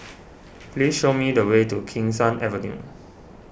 please show me the way to Keen Sun Avenue